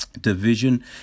Division